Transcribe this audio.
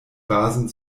basen